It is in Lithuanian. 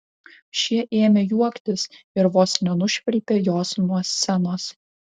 šie ėmė juoktis ir vos nenušvilpė jos nuo scenos